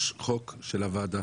יש חוק של הוועדה,